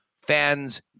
fans